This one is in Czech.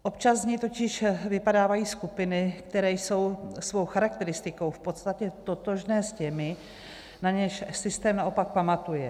Občas z něj totiž vypadávají skupiny, které jsou svou charakteristikou v podstatě totožné s těmi, na něž systém naopak pamatuje.